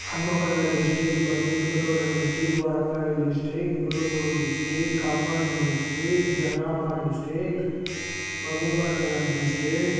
Hanamkonda district Bhadradri Kothagudem district Warangal district Mulugu district Khammam district Jangaon district Mahabubnagar district